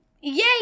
Yay